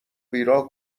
بیراه